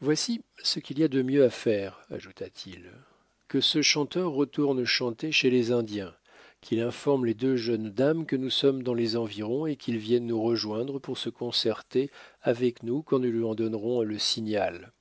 voici ce qu'il y a de mieux à faire ajouta-t-il que ce chanteur retourne chanter chez les indiens qu'il informe les deux jeunes dames que nous sommes dans les environs et qu'il vienne nous rejoindre pour se concerter avec nous quand nous lui en donnerons le signal